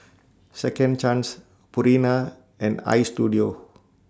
Second Chance Purina and Istudio